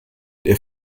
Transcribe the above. der